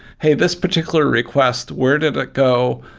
hey, this particular request, where did it go?